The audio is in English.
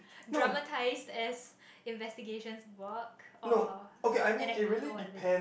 dramatised as investigation work or anecdotal evidence